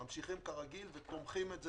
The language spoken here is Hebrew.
ממשיכים כרגיל ותומכים את זה